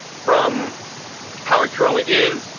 from how it currently is,